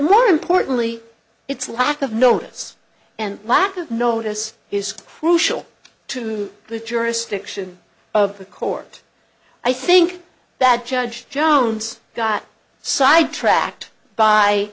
more importantly it's lack of notice and lack of notice is crucial to the jurisdiction of the court i think that judge jones got sidetracked by